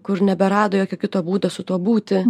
kur neberado jokio kito būdo su tuo būti